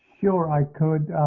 sure, i could.